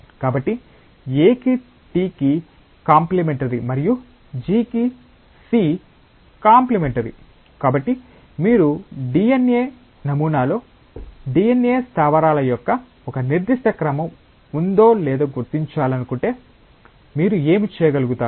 కాబట్టి A కి T కి కంప్లీమెంటరీ మరియు G కి C కంప్లీమెంటరీ కాబట్టి మీరు DNA నమూనాలో DNA స్థావరాల యొక్క ఒక నిర్దిష్ట క్రమం ఉందో లేదో గుర్తించాలనుకుంటే మీరు ఏమి చేయగలుగుతారు